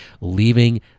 leaving